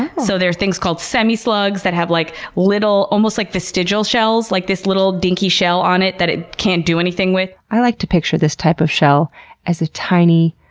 so there are things called semi slugs that have like little, almost like vestigial shells, like this little, dinky shell on it that it can't do anything with. i like to picture this type of shell as a tiny,